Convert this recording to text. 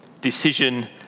Decision